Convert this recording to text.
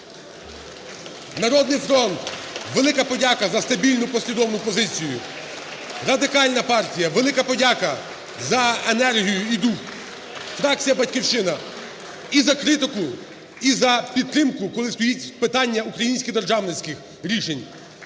"Народний фронт", велика подяка за стабільну послідовну позицію. (Оплески) Радикальна партія, велика подяка за енергію і дух. Фракція "Батьківщина" – і за критику, і за підтримку, коли стоїть питання українських державницьких рішень.